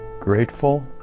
grateful